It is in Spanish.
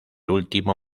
último